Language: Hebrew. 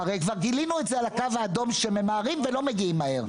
הרי כבר גילינו את זה על ה"קו האדום" שממהרים ולא מגיעים מהר.